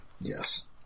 Yes